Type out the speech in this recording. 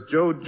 Joe